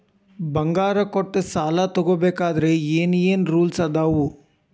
ಬಂಗಾರ ಕೊಟ್ಟ ಸಾಲ ತಗೋಬೇಕಾದ್ರೆ ಏನ್ ಏನ್ ರೂಲ್ಸ್ ಅದಾವು?